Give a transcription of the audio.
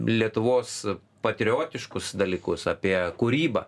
lietuvos patriotiškus dalykus apie kūrybą